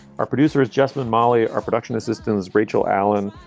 our producer adjustment mali, our production assistants, rachel allen,